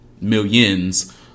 millions